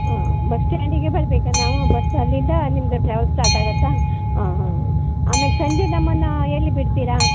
ಹ್ಞೂ ಬಸ್ ಸ್ಟ್ಯಾಂಡಿಗೆ ಬರಬೇಕ ನಾವು ಬಸ್ ಅಲ್ಲಿಂದ ನಿಮ್ದು ಟ್ರಾವಲ್ಸ್ ಸ್ಟಾರ್ಟ್ ಆಗುತ್ತ ಹಾಂ ಹಾಂ ಹಾಂ ಆಮೇಲೆ ಸಂಜೆ ನಮ್ಮನ್ನು ಎಲ್ಲಿ ಬಿಡ್ತೀರ